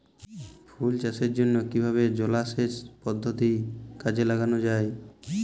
ফুল চাষের জন্য কিভাবে জলাসেচ পদ্ধতি কাজে লাগানো যাই?